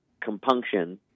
compunction